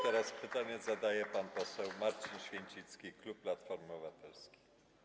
Teraz pytanie zadaje pan poseł Marcin Święcicki, klub Platforma Obywatelska.